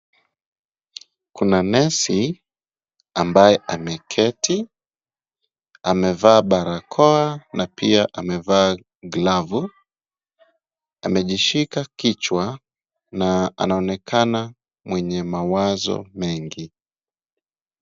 Kuna nesi ambaye ameketi ,amevaa barakoa na pia amevaa glavu. Amejishika kichwa na anaonekana mwenye mawazo mengi.